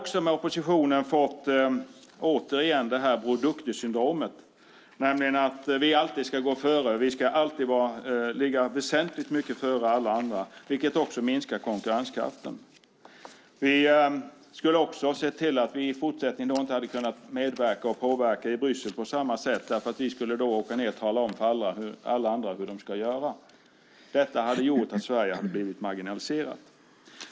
Med oppositionen hade vi också fått tillbaka Bror Duktig-syndromet, nämligen att vi alltid ska gå före och ligga väsentligt före alla andra, vilket minskar konkurrenskraften. Vi skulle inte heller ha kunnat medverka och påverka i Bryssel på samma sätt eftersom vi skulle ha talat om för alla hur de skulle göra. Det skulle ha gjort att Sverige blev marginaliserat.